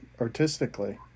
artistically